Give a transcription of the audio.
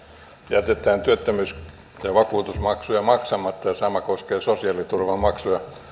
jätetään työttömyys ja vakuutusmaksuja maksamatta ja sama koskee sosiaaliturvamaksuja